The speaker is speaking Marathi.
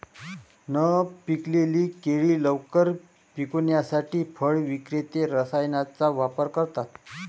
न पिकलेली केळी लवकर पिकवण्यासाठी फळ विक्रेते रसायनांचा वापर करतात